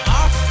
off